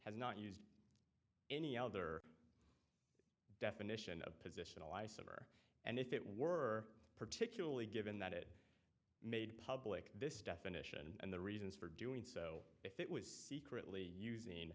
has not used any other definition of positional isomer and if it were particularly given that it made public this definition and the reasons for doing so if it was secretly using